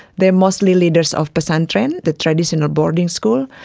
they are mostly leaders of pesantren, the traditional boarding school.